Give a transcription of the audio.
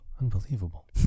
Unbelievable